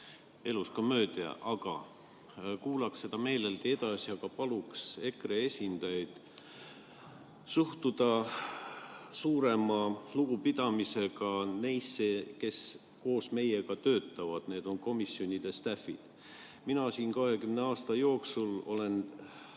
elus komöödia. Kuulaks seda meeleldi edasi, aga paluks EKRE esindajaid suhtuda suurema lugupidamisega neisse, kes koos meiega töötavad – need on komisjonidestaff'id. Mina siin 20 aasta jooksul olen